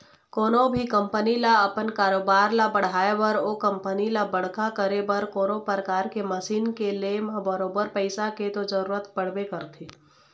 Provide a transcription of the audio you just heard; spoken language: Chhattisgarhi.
कोनो भी कंपनी ल अपन कारोबार ल बढ़ाय बर ओ कंपनी ल बड़का करे बर कोनो परकार के मसीन के ले म बरोबर पइसा के तो जरुरत पड़बे करथे